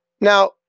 Now